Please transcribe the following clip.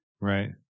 Right